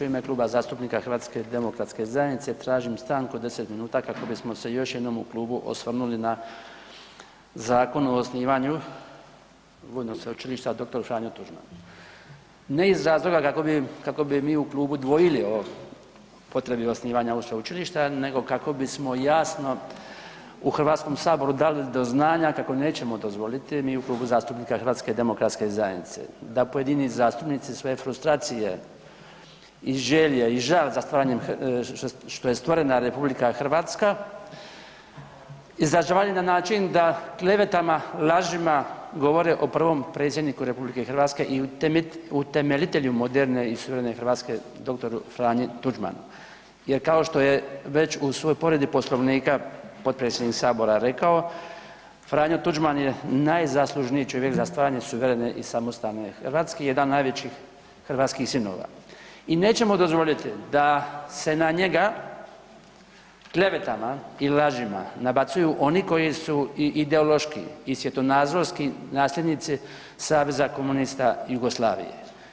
U ime Kluba zastupnika HDZ-a tražim stanku od 10 min kako bismo se još jednom u klubu osvrnuli na Zakon o osnivanju Vojnog sveučilišta dr. Franjo Tuđman ne iz razloga kako bi mi u klubu dvojili o potrebi osnivanja ovog sveučilišta nego kako bismo jasno u Hrvatskom saboru dali do znanja kako nećemo dozvoliti ni u Klubu zastupnika HDZ-a da pojedini zastupnici svoje frustracije i želje i žal što je stvorena RH, izazvali na način da klevetama, lažima govore o prvom Predsjedniku RH i utemeljitelju moderne i suverene Hrvatske, dr. Franji Tuđmanu jer kao što je već u svojoj povredi Poslovnika potpredsjednik Sabora rekao, F. Tuđman je najzaslužniji čovjek za stvaranje suverene i samostalne Hrvatske, jedan od najvećih hrvatskih sinova i nećemo dozvoliti da se na njega klevetama i lažima nabacuju oni koji su i ideološki i svjetonazorski nasljednici Saveza komunista Jugoslavije.